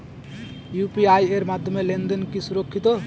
UPI এর মাধ্যমে লেনদেন কি সুরক্ষিত?